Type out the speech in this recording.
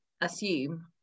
assume